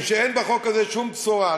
לכן, אני אומר שאין בחוק הזה שום בשורה.